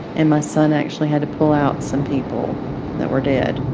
and my son actually had to pull out some people that were dead